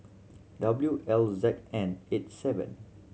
W L Z N eight seven